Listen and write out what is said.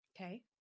okay